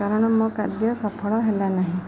କାରଣ ମୋ କାର୍ଯ୍ୟ ସଫଳ ହେଲା ନାହିଁ